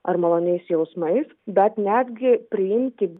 ar maloniais jausmais bet netgi priimti